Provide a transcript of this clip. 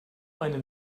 eine